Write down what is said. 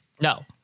No